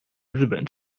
日本